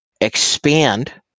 expand